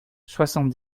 soixante